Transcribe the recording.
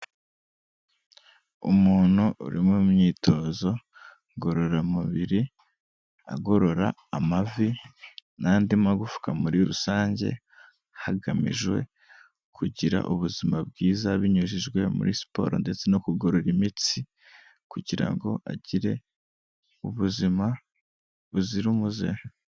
Umuntu uri mu myitozo ngororamubiri, agorora amavi n'andi magufwa muri rusange, hagamijwe kugira ubuzima bwiza, binyujijwe muri siporo ndetse no kugorora imitsi kugira ngo agire ubuzima buzira umuze.